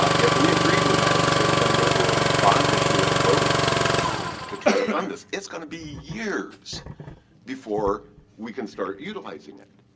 ah if we agreed with that, and say we're going to go to a bond issue of the voters to try to fund um this, it's going to be years before we can start utilizing it.